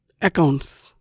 accounts